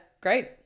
great